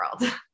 world